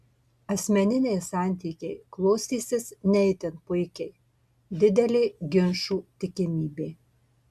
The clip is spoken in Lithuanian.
asmeniniai santykiai klostysis ne itin puikiai didelė ginčų tikimybė